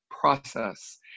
process